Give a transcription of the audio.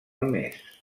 més